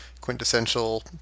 quintessential